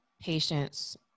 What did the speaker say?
patients